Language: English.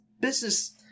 business